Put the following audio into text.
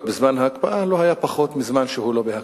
בזמן ההקפאה לא היתה פחותה מבזמן שלא היתה הקפאה.